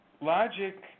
logic